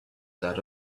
that